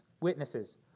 witnesses